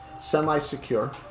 semi-secure